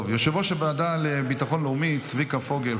יושב-ראש הוועדה לביטחון לאומי צביקה פוגל,